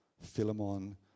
Philemon